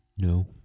No